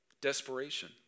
Desperation